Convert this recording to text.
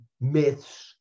myths